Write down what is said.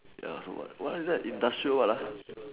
ya so what what is that industrial what ah